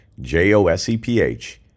J-O-S-E-P-H